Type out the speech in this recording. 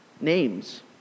names